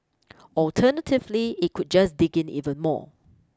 alternatively it could just dig in even more